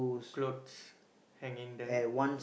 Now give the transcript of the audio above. clothes hanging there